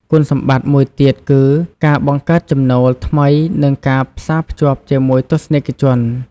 គុណសម្បត្តិមួយទៀតគឺ ការបង្កើតចំណូលថ្មីនិងការផ្សាភ្ជាប់ជាមួយទស្សនិកជន។